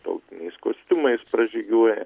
tautiniais kostiumais pražygiuoja